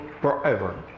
forever